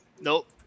Nope